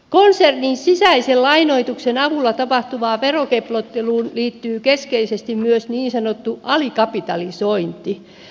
konsernin sisäisen lainoituksen avulla tapahtuvaan verokeplotteluun liittyy keskeisesti myös niin sanottu alikapitalisointi